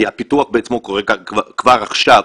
כי הפיתוח הוא כבר עכשיו,